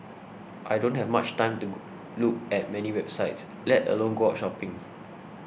I don't have much time to look at many websites let alone go out shopping